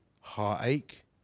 heartache